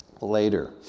later